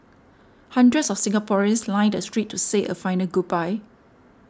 hundreds of Singaporeans lined the streets to say a final goodbye